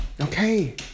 okay